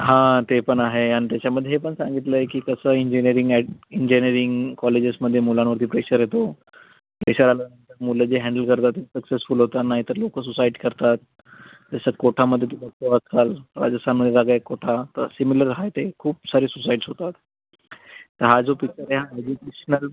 हां ते पण आहे आणि त्याच्यामध्ये हे पण सांगितलं आहे की कसं इंजिनिअरिंग अॅ इंजिनिअरिंग कॉलेजेसमध्ये मुलांवरती प्रेशर येतो प्रेशर आलं मुलं जे हँडल करतात ते सक्सेसफुल होतात नाहीतर लोकं सुसाइट करतात जसं कोटामध्ये राजस्तानमध्ये जागा आहे एक कोटा सीमिलर आहे ते खूप सारे सुसाइट्स होतात हा जो पिच्चर आहे